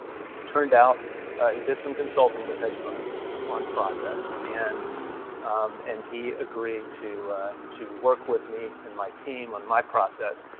turned out he did some consulting with hedge funds on process, and um and he agreed to ah to work with me and my team on my process,